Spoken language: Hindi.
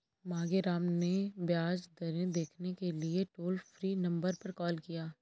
मांगेराम ने ब्याज दरें देखने के लिए टोल फ्री नंबर पर कॉल किया